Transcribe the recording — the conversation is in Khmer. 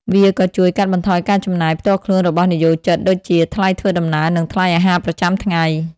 វាក៏ជួយ កាត់បន្ថយការចំណាយ ផ្ទាល់ខ្លួនរបស់និយោជិត ដូចជាថ្លៃធ្វើដំណើរ និងថ្លៃអាហារប្រចាំថ្ងៃ។